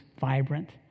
vibrant